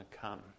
come